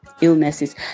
illnesses